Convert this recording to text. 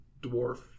dwarf